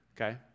okay